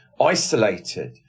isolated